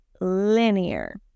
linear